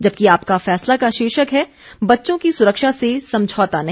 जबकि आपका फैसला का शीर्षक है बच्चों की सुरक्षा से समझौता नहीं